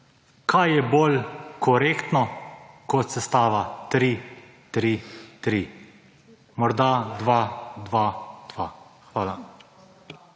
Kaj je bolj korektno kot sestava 3, 3, 3? Morda 2, 2, 2. Hvala.